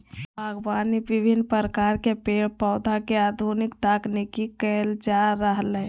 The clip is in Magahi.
बागवानी विविन्न प्रकार के पेड़ पौधा के आधुनिक तकनीक से कैल जा रहलै